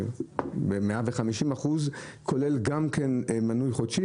אין תסריט כזה ולכן אני מבקשת לשקול לעצור את הדבר הזה